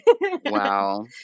Wow